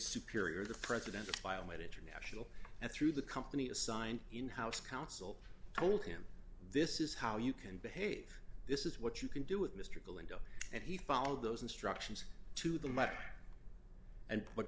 superior the president violate international and through the company assigned in house counsel told him this is how you can behave this is what you can do with mr gold and he followed those instructions to the money and